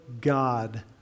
God